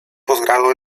postgrado